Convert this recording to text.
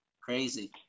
Crazy